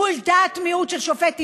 מול דעת מיעוט של שופט עליון,